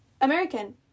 American